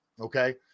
okay